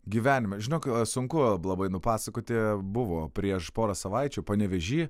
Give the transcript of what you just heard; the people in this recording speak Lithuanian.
gyvenime žinok sunku labai nupasakoti buvo prieš porą savaičių panevėžy